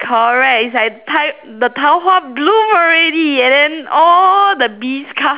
correct is like tai~ the 桃花 bloom already and then all the bees come